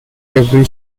every